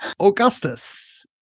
Augustus